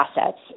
assets